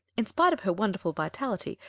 in spite of her wonderful vitality,